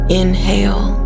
inhale